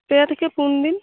ᱯᱮ ᱛᱷᱮᱠᱮ ᱯᱩᱱ ᱫᱤᱱ